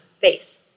face